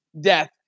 death